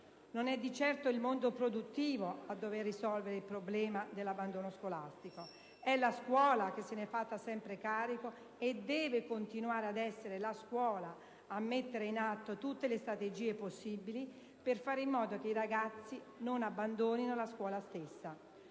Non è di certo il mondo produttivo a dover risolvere il problema dell'abbandono scolastico: è la scuola, che se ne è fatta sempre carico, e deve continuare ad essere la scuola a mettere in atto tutte le strategie possibili per fare in modo che i ragazzi non abbandonino la scuola stessa.